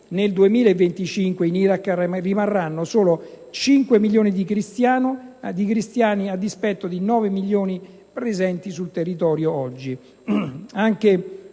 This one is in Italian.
nel 2025 in Iraq rimarranno solo 5 milioni di cristiani», a dispetto dei 9 milioni presenti sul territorio oggi.